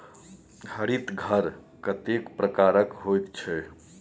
हरित घर कतेक प्रकारक होइत छै?